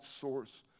source